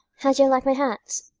how do you like my hat?